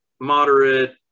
moderate